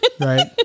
right